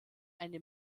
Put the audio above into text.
eine